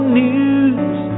news